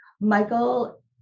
Michael